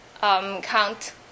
count